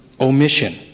omission